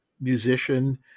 musician